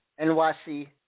NYC